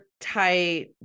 tight